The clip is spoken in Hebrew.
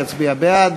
יצביע בעד,